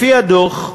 לפי הדוח,